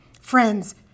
Friends